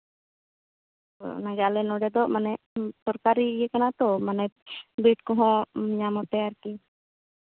ᱟᱞᱮ ᱱᱚᱰᱮ ᱫᱚ ᱢᱟᱱᱮ ᱥᱚᱨᱠᱟᱨᱤ ᱤᱭᱟᱹ ᱠᱟᱱᱟ ᱛᱚ ᱢᱟᱱᱮ ᱵᱮᱰ ᱠᱚᱦᱚᱸ ᱧᱟᱢ ᱟᱯᱮ ᱟᱨᱠᱤ